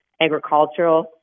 agricultural